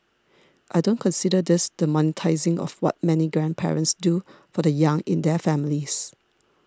I don't consider this the monetising of what many grandparents do for the young in their families